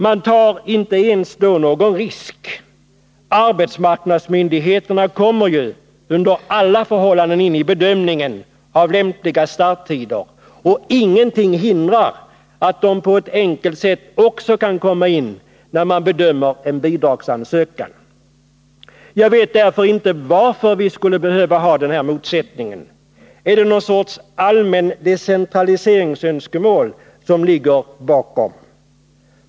Man behöver därvid inte ens ta någon risk ur arbetsmarknadssynpunkt. Arbetsmarknadsmyndigheterna kommer ju under alla förhållanden in vid bedömningen av lämpliga starttider, och ingenting hindrar att de på ett enkelt sätt också kan komma in när man bedömer en bidragsansökan. Jag vet därför inte varför vi skulle behöva ha den här motsättningen. Är det någon sorts allmänna decentraliseringsönskemål som ligger bakom?